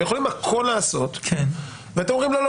ויכולים לעשות הכול ואתם אומרים: לא,